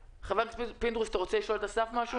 חבר הכנסת פינדרוס, אתה רוצה לשאול את אסף וסרצוג?